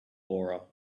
aura